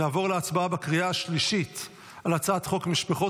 נעבור להצבעה בקריאה השלישית על הצעת חוק משפחות